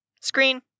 Screen